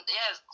yes